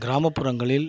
கிராமப்புறங்களில்